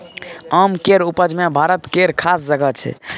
आम केर उपज मे भारत केर खास जगह छै